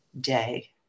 day